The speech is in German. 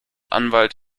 anwalt